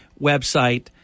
website